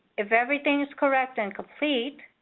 if everything is correct and complete,